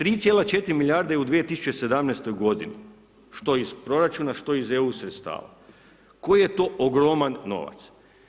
3,4 milijarde je u 2017. godini što iz proračuna, što iz EU sredstava, koji je to ogroman novac.